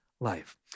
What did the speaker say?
Life